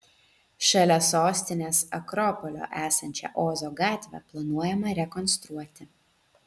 šalia sostinės akropolio esančią ozo gatvę planuojama rekonstruoti